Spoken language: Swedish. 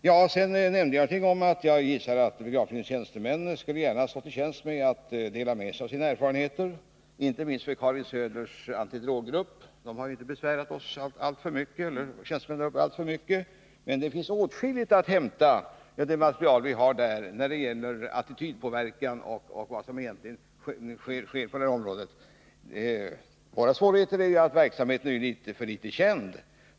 Jag nämnde att jag gissar att biografbyråns tjänstemän gärna skulle stå till tjänst med att dela med sig av sina erfarenheter, inte minst till Karin Söders antidroggrupp, som inte har besvärat de tjänstemännen alltför mycket. Det finns dock åtskilligt att hämta från det material vi har där när det gäller attitydpåverkan och vad som egentligen sker på detta område. Våra svårigheter är ju att verksamheten är för litet känd.